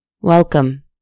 Welcome